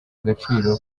agaciro